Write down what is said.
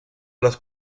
las